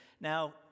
Now